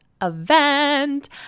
Event